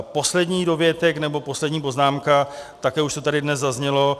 Poslední dovětek nebo poslední poznámka, také už to tady dnes zaznělo.